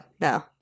no